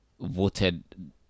voted